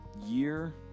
year